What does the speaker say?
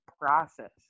process